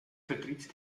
vertritt